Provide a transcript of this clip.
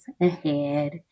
ahead